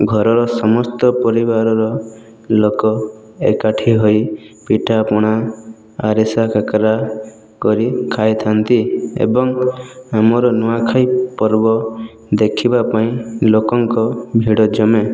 ଘରର ସମସ୍ତ ପରିବାରର ଲୋକ ଏକାଠି ହୋଇ ପିଠାପଣା ଆରିସା କାକରା କରି ଖାଇଥାନ୍ତି ଏବଂ ଆମର ନୂଆଖାଇ ପର୍ବ ଦେଖିବାପାଇଁ ଲୋକଙ୍କ ଭିଡ଼ ଜମେ